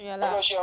yeah lah